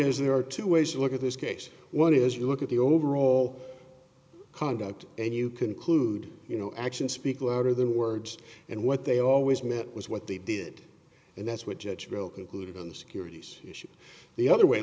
is there are two ways to look at this case one is you look at the overall conduct and you conclude you know actions speak louder than words and what they always meant was what they did and that's what judge bill concluded on the securities issue the other way